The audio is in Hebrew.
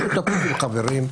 בשותפות עם חברים.